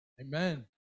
Amen